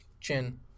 chin